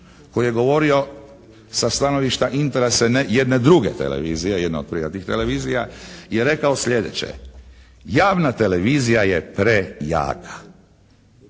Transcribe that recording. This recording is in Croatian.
koji je govorio sa stanovišta interesa jedne druge televizije, jedne od privatnih televizija, je rekao sljedeće: javna televizija je prejaka.